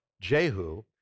Jehu